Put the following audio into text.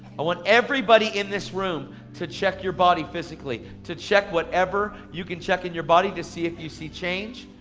i want everybody in this room to check your body physically. to check whatever you can check in your body to see if you see change.